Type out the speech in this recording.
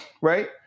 Right